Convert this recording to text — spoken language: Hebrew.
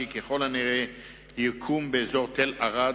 שככל הנראה יקום באזור תל ערד,